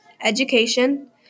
education